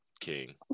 king